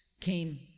came